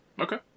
Okay